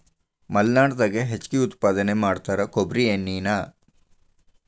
ಮಲ್ನಾಡದಾಗ ಹೆಚ್ಚು ಉತ್ಪಾದನೆ ಮಾಡತಾರ ಕೊಬ್ಬ್ರಿ ಎಣ್ಣಿನಾ